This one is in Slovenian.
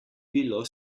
bilo